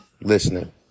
listening